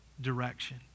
direction